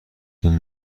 این